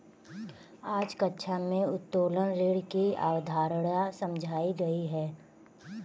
आज कक्षा में उत्तोलन ऋण की अवधारणा समझाई गई